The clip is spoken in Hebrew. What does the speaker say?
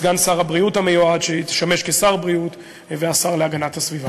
סגן שר הבריאות המיועד שישמש כשר הבריאות והשר להגנת הסביבה.